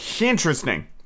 Interesting